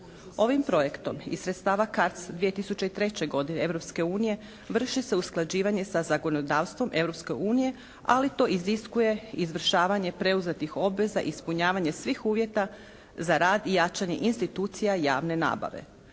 Ovim projektom iz sredstava CARDS 2003. godine Europske unije, vrši se usklađivanje sa zakonodavstvom Europske unije, ali to iziskuje izvršavanje preuzetih obveza i ispunjavanje svih uvjeta za rad i jačanje institucija javne nabave.